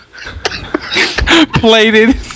plated